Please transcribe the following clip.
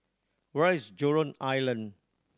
where is Jurong Island